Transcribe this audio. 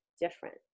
different